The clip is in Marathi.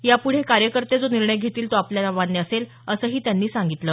यापुढे कार्यकर्ते जो निर्णय घेतील तो आपणाला मान्य असेल असंही त्यांनी सांगितलं